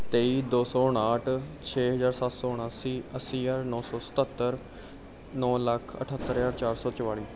ਤੇਈ ਦੋ ਸੌ ਉਣਾਹਠ ਛੇ ਹਜ਼ਾਰ ਸੱਤ ਸੌ ਉਣਾਸੀ ਅੱਸੀ ਹਜ਼ਾਰ ਨੌਂ ਸੌ ਸਤੱਤਰ ਨੌਂ ਲੱਖ ਅਠੱਤਰ ਹਜ਼ਾਰ ਚਾਰ ਸੌ ਚੁਤਾਲੀ